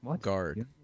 guard